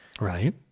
right